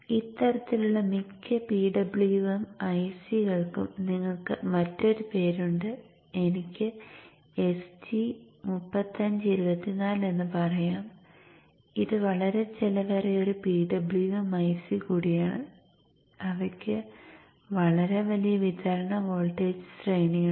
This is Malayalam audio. ഇത്തരത്തിലുള്ള മിക്ക PWM IC കൾക്കും നിങ്ങൾക്ക് മറ്റൊരു പേര് ഉണ്ട് എനിക്ക് SG 3524 എന്ന് പറയാം ഇത് വളരെ ചെലവേറിയ ഒരു PWM IC കൂടിയാണ് അവയ്ക്ക് വളരെ വലിയ വിതരണ വോൾട്ടേജ് ശ്രേണിയുണ്ട്